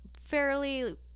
Fairly